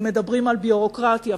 אם מדברים על ביורוקרטיה,